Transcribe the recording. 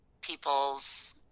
people's